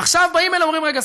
עכשיו באים אליהם ואומרים: רגע,